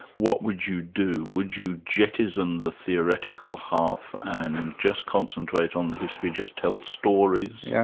what would you do? would you jettison the theoretical half and just concentrate on the history? just tell stories? yeah